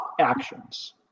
actions